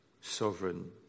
sovereign